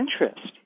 interest